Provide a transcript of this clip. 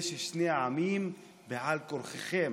יש שני עמים על כורחכם.